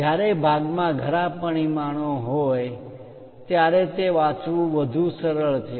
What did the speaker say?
જ્યારે ભાગમાં ઘણા પરિમાણો હોય ત્યારે તે વાંચવું વધુ સરળ છે